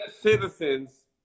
citizens